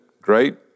Great